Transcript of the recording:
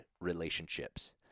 relationships